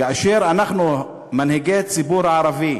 כאשר אנחנו, מנהיגי ציבור ערבי,